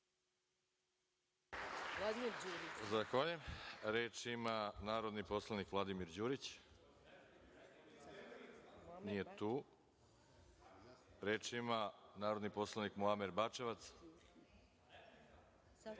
Zahvaljujem. Reč ima narodni poslanik Vladimir Đurić. Nije tu. Reč ima narodni poslanik Muamer